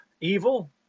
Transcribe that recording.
evil